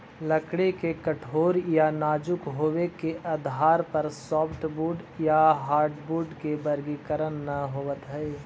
लकड़ी के कठोर या नाजुक होबे के आधार पर सॉफ्टवुड या हार्डवुड के वर्गीकरण न होवऽ हई